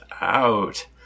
out